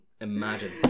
imagine